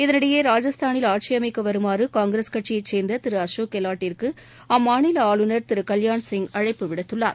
இதனிடையே ராஜஸ்தானில் ஆட்சி அமைக்க வருமாறு காங்கிரஸ் கட்சியை சேர்ந்த திரு அசோக் கெலாட்டிற்கு அம்மாநில ஆளுநர் திரு கல்யாண் சிங் அழைப்பு விடுத்துள்ளார்